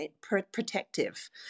protective